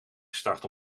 gestart